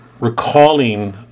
recalling